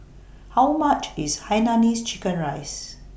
How much IS Hainanese Chicken Rice